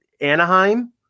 Anaheim